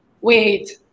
wait